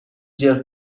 جلف